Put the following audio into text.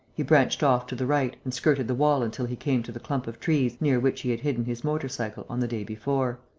he branched off to the right and skirted the wall until he came to the clump of trees near which he had hidden his motor-cycle on the day before.